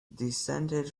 descended